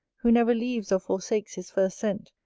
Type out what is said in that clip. who never leaves or forsakes his first scent,